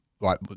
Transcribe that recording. right